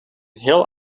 heel